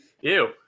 Ew